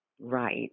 Right